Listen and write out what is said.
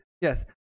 Yes